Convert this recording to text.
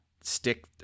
stick